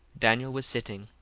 daniel was sitting.